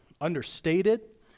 understated